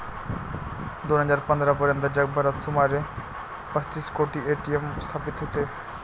दोन हजार पंधरा पर्यंत जगभरात सुमारे पस्तीस कोटी ए.टी.एम स्थापित होते